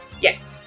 Yes